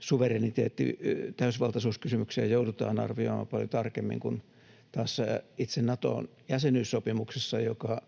suvereniteetti-, täysivaltaisuuskysymyksiä joudutaan arvioimaan paljon tarkemmin kuin tässä itse Naton jäsenyyssopimuksessa, joka